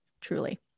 truly